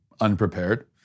unprepared